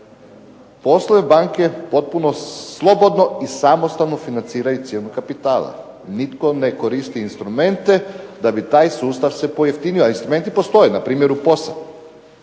Poslovne banke potpuno slobodno i samostalno financiraju cijenu kapitala. Nitko ne koristi instrumente da bi taj sustav se pojeftinio a instrumenti postoje, na primjer u POS-u.